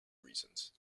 reasons